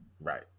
Right